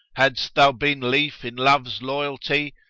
hadst thou been leaf in love's loyalty,